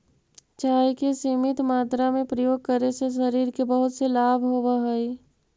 चाय के सीमित मात्रा में प्रयोग करे से शरीर के बहुत से लाभ होवऽ हइ